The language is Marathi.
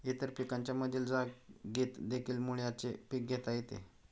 इतर पिकांच्या मधील जागेतदेखील मुळ्याचे पीक घेता येते